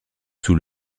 sous